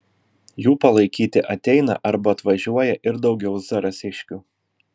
jų palaikyti ateina arba atvažiuoja ir daugiau zarasiškių